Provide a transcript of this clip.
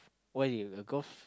why do you got a golf